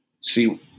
see